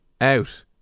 out